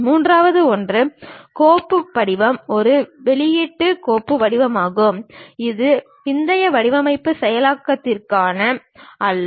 மூன்றாவது ஒன்று கோப்பு வடிவம் ஒரு வெளியீட்டு கோப்பு வடிவமாகும் இது பிந்தைய வடிவமைப்பு செயலாக்கத்திற்காக அல்ல